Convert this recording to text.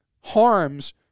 harms